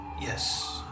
Yes